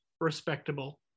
respectable